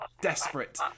desperate